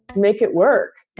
make it work.